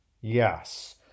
yes